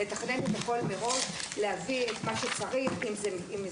יש לתכנן את הכול מראש: להביא את כל מה שצריך מגבת,